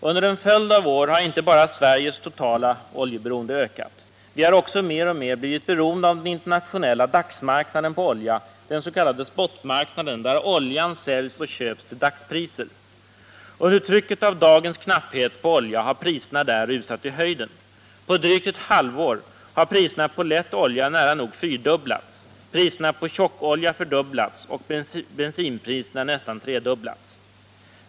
Under en följd av år har inte bara Sveriges totala oljeberoende ökat. Vi har också mer och mer blivit beroende av den internationella dagsmarknaden på olja, den s.k. spotmarknaden, där oljan säljs och köps till dagspriser. Under trycket av dagens knapphet på olja har priserna där rusat i höjden. På drygt ett halvår har priserna på lätt olja nära nog fyrdubblats, priserna på tjockolja fördubblats och bensinpriserna nästan tredubblats.